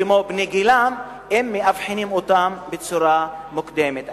כמו בני גילם, אם מאבחנים אותם בצורה מוקדמת.